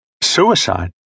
Suicide